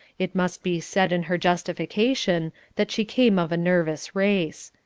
it must be said in her justification that she came of a nervous race.